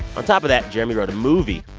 on top of that, jeremy wrote a movie.